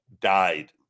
died